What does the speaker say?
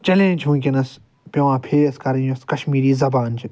challenge چھِ وٕنکٮ۪نس پٮ۪وان فٮ۪س کرٕنۍ یُس کشمیٖری زبان چھِ